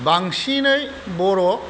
बांसिनै बर'